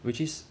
which is